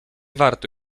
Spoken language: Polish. warto